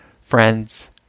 friends